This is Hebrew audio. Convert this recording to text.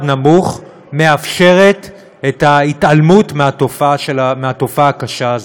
נמוך מאפשרת את ההתעלמות מהתופעה הקשה הזאת.